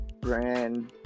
brand